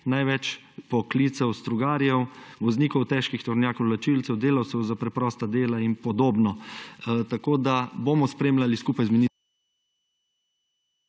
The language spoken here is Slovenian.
največ poklicev strugarjev, voznikov težkih tovornjakov, vlačilcev, delavcev za preprosta dela in podobno. Tako bomo spremljali skupaj z ...